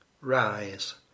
Rise